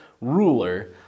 ruler